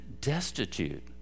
destitute